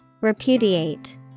Repudiate